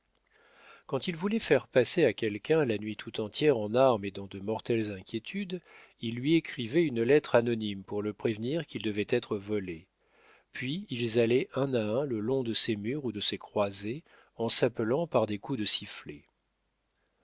quand ils voulaient faire passer à quelqu'un la nuit tout entière en armes et dans de mortelles inquiétudes ils lui écrivaient une lettre anonyme pour le prévenir qu'il devait être volé puis ils allaient un à un le long de ses murs ou de ses croisées en s'appelant par des coups de sifflet